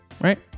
Right